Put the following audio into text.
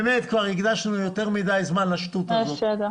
כבר הקדשנו יותר מדי זמן לשטות הזאת,